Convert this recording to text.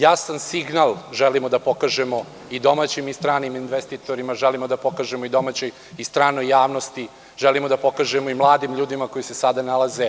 Jasan signal želimo da pokažemo i domaćim i stranim investitorima, želimo da pokažemo i domaćoj i stranoj javnosti, želimo da pokažemo i mladim ljudima koji se sada nalaze